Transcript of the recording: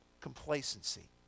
complacency